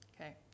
Okay